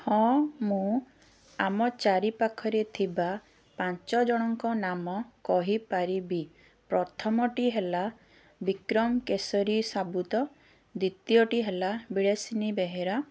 ହଁ ମୁଁ ଆମ ଚାରିପାଖରେ ଥିବା ପାଞ୍ଚଜଣଙ୍କ ନାମ କହିପାରିବି ପ୍ରଥମଟି ହେଲା ବିକ୍ରମ କେଶରୀ ସାବୁତ ଦ୍ୱିତୀୟଟି ହେଲା ବିଳାସିନି ବେହେରା